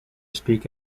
speak